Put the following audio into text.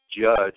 Judge